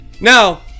Now